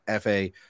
FA